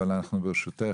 אבל ברשותך,